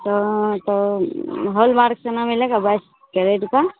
हाँ तो हॉलमार्क सोना मिलेगा बाइस कैरेट का